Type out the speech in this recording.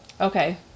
okay